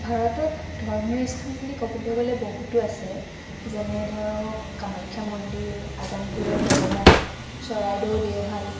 ভাৰতত ধৰ্মীয় স্থান বুলি ক'বলৈ গ'লে বহুতো আছে যেনে ধৰক কামাখ্যা মন্দিৰ আজান পীৰৰ দৰগাহ চৰাইদেউ দেওশাল